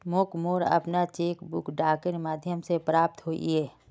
मोक मोर cheque book डाकेर माध्यम से प्राप्त होइए